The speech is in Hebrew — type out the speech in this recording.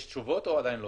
יש תשובות או עדיין לא?